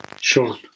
Sure